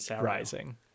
rising